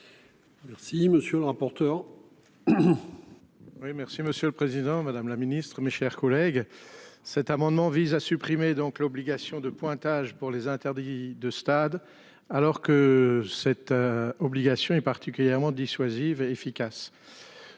merci Monsieur le Président Madame la Ministre, mes chers collègues. Cet amendement vise à supprimer donc l'obligation de pointage pour les interdits de stade, alors que cette. Obligation est particulièrement dissuasive et efficace.